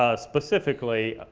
ah specifically,